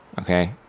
Okay